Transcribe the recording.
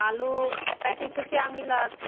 आलू पैँतिस रुपैआ मिलत